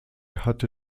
hatte